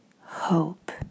hope